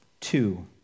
Two